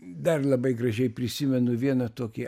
dar labai gražiai prisimenu vieną tokį